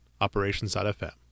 operations.fm